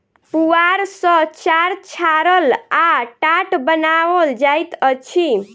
पुआर सॅ चार छाड़ल आ टाट बनाओल जाइत अछि